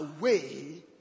away